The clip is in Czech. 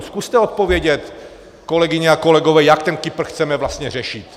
Zkuste odpovědět, kolegyně a kolegové, jak ten Kypr chceme vlastně řešit.